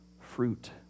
fruit